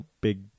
big